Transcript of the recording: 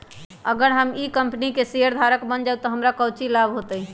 अगर हम ई कंपनी के शेयरधारक बन जाऊ तो हमरा काउची लाभ हो तय?